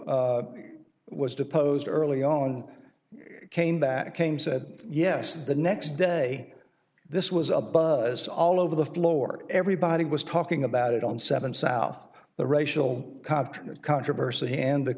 was deposed early on came back came said yes the next day this was a buzz all over the floor everybody was talking about it on seven south the racial copters controversy and the